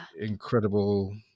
incredible